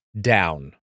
Down